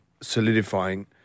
solidifying